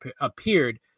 appeared